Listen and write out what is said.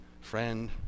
friend